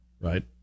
right